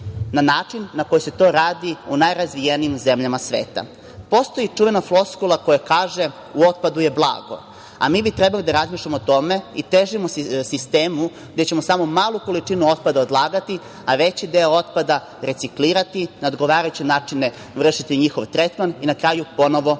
na način na koji se to radi u najrazvijenijim zemljama sveta. Postoji čuvena floskula koja kaže – u otpadu je blago, a mi bi trebali da razmišljamo o tome i težimo sistemu gde ćemo samo malu količinu otpada odlagati, a veći deo otpada reciklirati na odgovarajuće načine, vršiti njihov tretman i na kraju ponovo